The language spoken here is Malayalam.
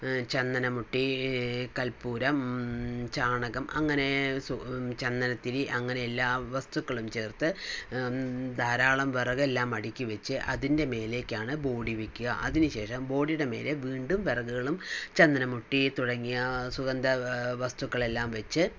ചന്ദനമുട്ടി കർപ്പൂരം ചാണകം അങ്ങനെ സു ചന്ദനത്തിരി അങ്ങനെ എല്ലാ വസ്തുക്കളും ചേർത്ത് ധാരാളം വിറകെല്ലാം അടുക്കി വച്ച് അതിൻ്റെ മേലേക്കാണ് ബോഡി വെക്കുക അതിനു ശേഷം ബോഡിയുടെ മേലെ വീണ്ടും വിറകുകളും ചന്ദനമുട്ടി തുടങ്ങിയ സുഗന്ധ വസ്തുക്കളെല്ലാം വെച്ച്